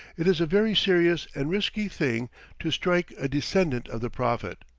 it is a very serious and risky thing to strike a descendant of the prophet.